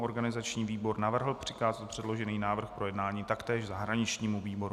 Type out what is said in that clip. Organizační výbor navrhl přikázat předložený návrh k projednání taktéž zahraničnímu výboru.